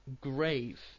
grave